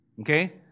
Okay